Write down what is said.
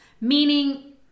Meaning